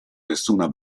nessuna